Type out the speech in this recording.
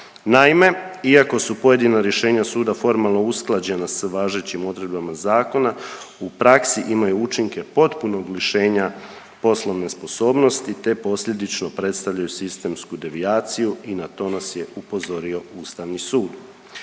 Naime, ikako su pojedina rješenja suda formalno usklađena s važećim odredbama zakona u praksi imaju učinke potpunog lišenja poslovne sposobnosti te posljedično predstavljaju sistemsku devijaciju i na to nas je upozorio Ustavni sud.